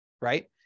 Right